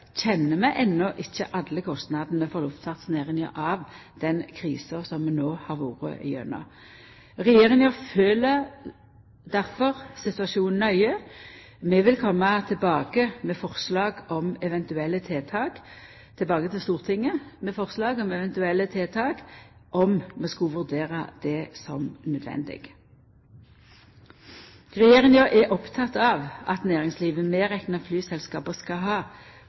kjenner vi enno ikkje alle kostnadene for luftfartsnæringa av den krisa som vi no har vore igjennom. Regjeringa følgjer difor situasjonen nøye. Vi vil koma attende til Stortinget med forslag om eventuelle tiltak, om vi vurderer det som nødvendig. Regjeringa er oppteken av at næringslivet, medrekna flyselskapa, skal ha